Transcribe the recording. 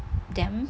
them